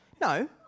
No